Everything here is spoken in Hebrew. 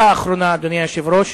מפותחת.